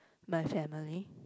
my family